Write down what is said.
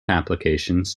applications